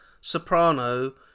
soprano